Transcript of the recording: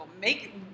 make